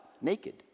naked